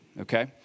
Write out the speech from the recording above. okay